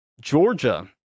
Georgia